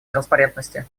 транспарентности